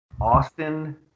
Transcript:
Austin